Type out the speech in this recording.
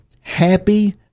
Happy